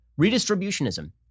Redistributionism